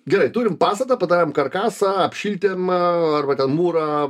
gerai turim pastatą padarėm karkasą apšildėm arba ten mūrą